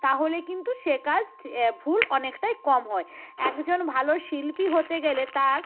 তাহলে কিন্তু সে কাজ ভুল অনেকটাই কম হয় একজন ভালো শিল্পী হতে গেলে তার